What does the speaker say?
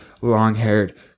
long-haired